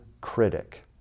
critic